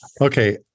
okay